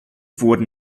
wurden